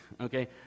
okay